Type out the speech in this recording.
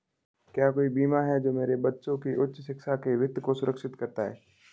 क्या कोई बीमा है जो मेरे बच्चों की उच्च शिक्षा के वित्त को सुरक्षित करता है?